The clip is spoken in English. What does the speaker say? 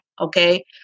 Okay